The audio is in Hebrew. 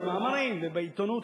במאמרים ובעיתונות,